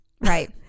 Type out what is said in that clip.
Right